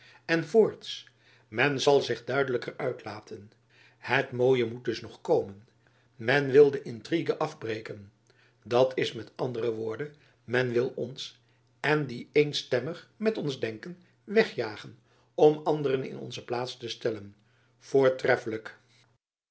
en voorts men zal zich duidelijker uitlaten het mooie moet dus nog komen men wil de intrigue afbreken dat is met andere woorden men wil ons en die eenstemmig met ons denken wegjagen om anderen in onze plaats te stellen voortreffelijk